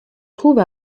trouve